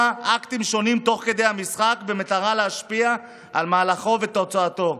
אקטים שונים תוך כדי המשחק במטרה להשפיע על מהלכו ותוצאתו.